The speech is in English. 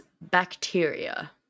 bacteria